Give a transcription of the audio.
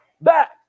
back